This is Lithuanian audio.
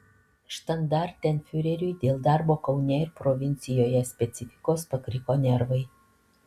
štandartenfiureriui dėl darbo kaune ir provincijoje specifikos pakriko nervai